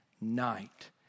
night